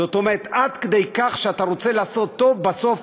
זאת אומרת, עד כדי כך שאתה רוצה לעשות טוב, ובסוף,